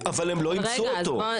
מקצועי.